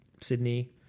Sydney